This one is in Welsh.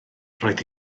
roedd